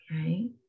okay